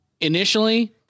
Initially